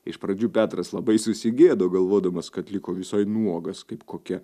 iš pradžių petras labai susigėdo galvodamas kad liko visai nuogas kaip kokia